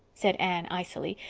said anne icily,